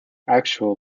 actual